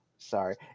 Sorry